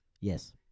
Yes